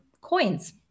coins